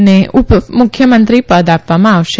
ને ઉપ મુખ્યમંત્રી પદ આપવામાં આવશે